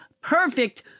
perfect